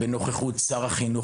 בנוכחות שר החינוך,